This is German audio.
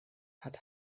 hat